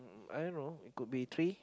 I don't know it could be three